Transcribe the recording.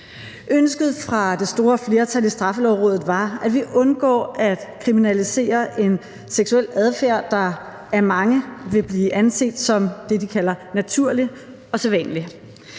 Ønsket fra det store flertal i Straffelovrådet var, at vi skulle undgå at kriminalisere en seksuel adfærd, der af mange vil blive anset som det, de kalder »naturlig og sædvanlig«,